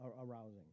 arousing